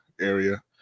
area